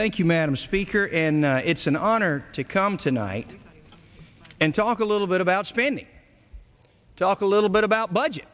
thank you madam speaker and it's an honor to come tonight and talk a little bit about spending talk a little bit about budget